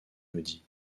maudits